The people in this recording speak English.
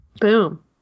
Boom